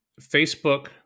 facebook